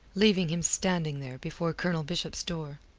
leaving him standing there before colonel bishop's door.